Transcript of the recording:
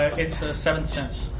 it's seven cents.